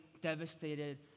devastated